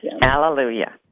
Hallelujah